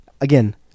Again